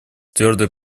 твердой